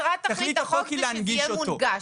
תכלית החוק היא שזה יהיה מונגש.